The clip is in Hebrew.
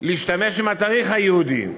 להשתמש בתאריך היהודי,